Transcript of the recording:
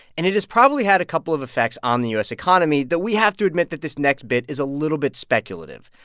and it has probably had a couple of effects on the u s. economy that we have to admit that this next bit is a little bit speculative.